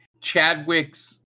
Chadwick's